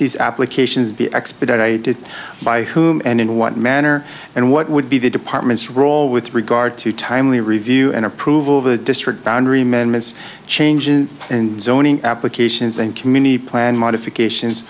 ees applications be expedited by whom and in what manner and what would be the department's role with regard to timely review and approval of the district boundary mintz changes in zoning applications and community plan modifications